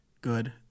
good